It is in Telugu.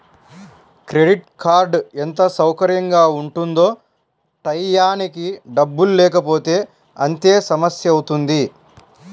క్రెడిట్ కార్డ్ ఎంత సౌకర్యంగా ఉంటుందో టైయ్యానికి డబ్బుల్లేకపోతే అంతే సమస్యవుతుంది